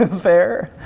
fair?